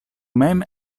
mem